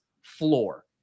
floor